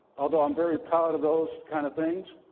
although i'm very proud of those kind of things,